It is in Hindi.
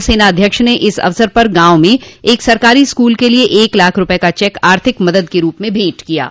थल सेना अध्यक्ष ने इस अवसर पर गांव में एक सरकारी स्कूल के लिए एक लाख रूपये का चैक आर्थिक मदद के रूप में भेंट किया